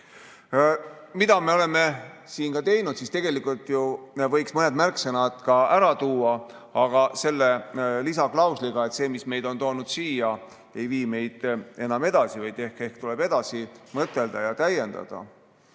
Mida me oleme siin teinud? Võiks ju mõned märksõnad ka ära tuua, aga selle lisaklausliga, et see, mis meid on toonud siia, ei vii meid enam edasi. Ehk tuleb edasi mõtelda ja täiendada.